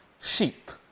Sheep